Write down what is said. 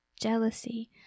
jealousy